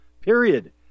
period